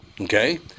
Okay